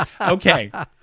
Okay